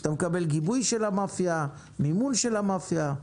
אתה מקבל גיבוי של המאפיה, מימון של המאפיה.